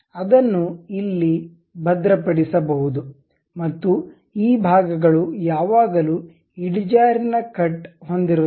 ಅದನ್ನು ಅಲ್ಲಿ ಭದ್ರಪಡಿಸಬಹುದು ಮತ್ತು ಈ ಭಾಗಗಳು ಯಾವಾಗಲೂ ಇಳಿಜಾರಿನ ಕಟ್ ಹೊಂದಿರುತ್ತವೆ